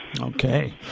Okay